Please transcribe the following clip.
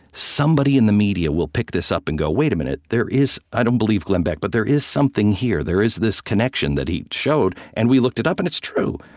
somebody in the media will pick this up and go, wait a minute, there is i don't believe glenn beck, but there is something here. there is this connection that he showed, and we looked it up, and it's true.